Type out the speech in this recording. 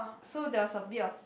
so there was a bit of